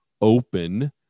open